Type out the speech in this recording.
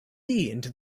into